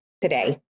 today